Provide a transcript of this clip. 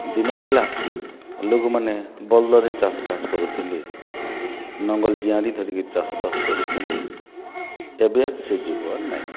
ଦିନ ଥିଲା ଲୋକମାନେ ବଲଦରେ ଚାଷ ବାସ କରୁଥିଲେ ନଙ୍ଗଲ ଜିଆଁରି ଧରିକି ଚାଷ ବାସ କରୁଥିଲେ ଏବେ ସେ ଯୁଗ ନାଇଁନ